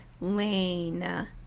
lane